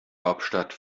hauptstadt